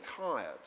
tired